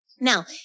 Now